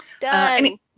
Done